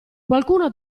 qualcuno